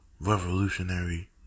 revolutionary